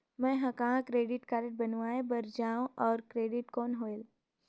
मैं ह कहाँ क्रेडिट कारड बनवाय बार जाओ? और क्रेडिट कौन होएल??